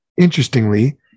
interestingly